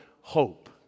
hope